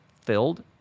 filled